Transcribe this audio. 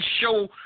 show